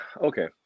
Okay